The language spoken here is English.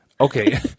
Okay